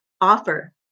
offer